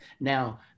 Now